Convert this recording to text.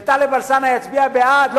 שטלב אלסאנע יצביע בעד,